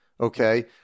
Okay